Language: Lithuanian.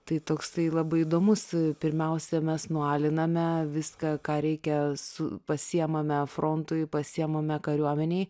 tai toksai labai įdomus pirmiausia mes nualiname viską ką reikia su pasiimame frontui pasiimame kariuomenėj